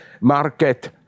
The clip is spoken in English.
market